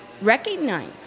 recognize